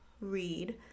read